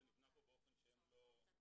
באופן שאין לו,